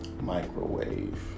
Microwave